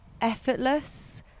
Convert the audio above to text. effortless